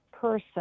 person